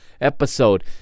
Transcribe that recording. episode